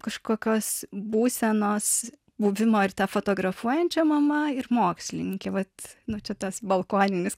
kažkokios būsenos buvimo ir tą fotografuojančia mama ir mokslininke vat nu čia tas balkoninis